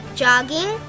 jogging